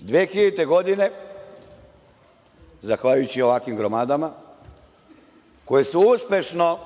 2000, zahvaljujući ovakvim gromadama koje su uspešno